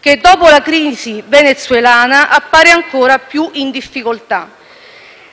che, dopo la crisi venezuelana, appare ancora più in difficoltà.